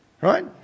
Right